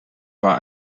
war